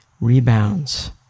rebounds